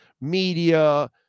media